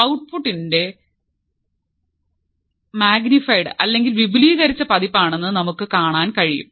output ഇൻപുട്ടിന്റെ magnified അല്ലെങ്കിൽ വിപുലീകരിച്ച പതിപ്പാണെന്ന് നമുക്ക് കാണാൻ കഴിയും